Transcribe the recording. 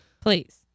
please